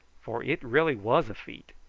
for it really was a feat.